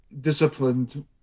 disciplined